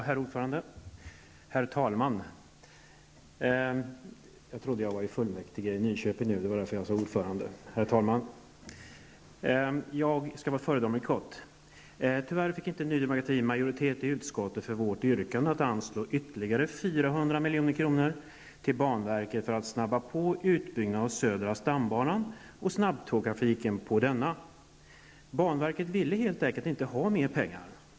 Herr talman! Jag skall fatta mig föredömligt kort. Tyvärr fick inte Ny Demokrati majoritet i utskottet för sitt yrkande att anslå ytterligare 400 milj.kr. till banverket för att snabba på utbyggnaden av södra stambanan och snabbtågstrafiken på denna. Banverket ville helt enkelt inte ha mer pengar.